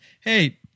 hey –